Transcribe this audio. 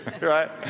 right